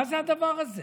מה זה הדבר הזה?